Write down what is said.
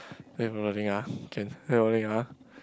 play bowling ah can play bowling ah